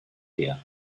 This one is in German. her